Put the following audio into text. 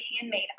handmade